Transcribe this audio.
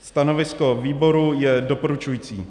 Stanovisko výboru je doporučující.